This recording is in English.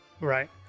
Right